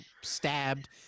stabbed